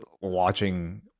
watching